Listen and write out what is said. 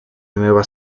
nueva